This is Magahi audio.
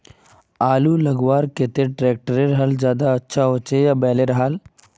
आलूर लगवार केते ट्रैक्टरेर हाल ज्यादा अच्छा होचे या बैलेर हाल?